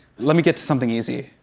let me get to something easy.